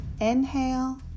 Inhale